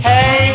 Hey